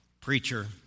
preacher